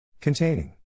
containing